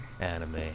anime